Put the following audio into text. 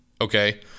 Okay